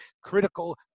critical